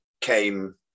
came